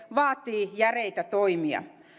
vaatii järeitä toimia